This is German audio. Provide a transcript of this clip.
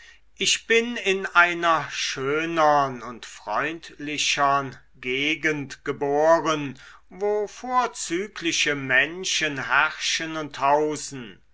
ich bin in einer schönern und freundlichern gegend geboren wo vorzügliche menschen herrschen und hausen